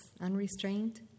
unrestrained